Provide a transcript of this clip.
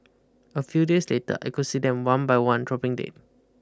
a few days later I could see them one by one dropping dead